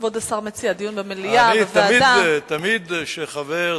דיון במליאה, דיון בוועדה?